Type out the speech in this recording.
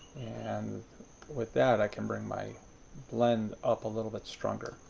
and with that i can bring my blend up a little bit stronger.